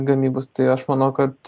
gamybos tai aš manau kad